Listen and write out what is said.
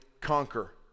conquer